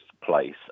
place